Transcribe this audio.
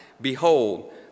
Behold